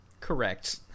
Correct